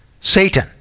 satan